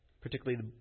particularly